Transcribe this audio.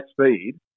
speed